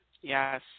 Yes